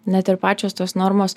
net ir pačios tos normos